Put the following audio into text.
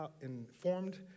informed